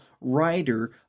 writer